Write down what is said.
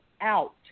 out